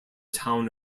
town